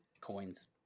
coins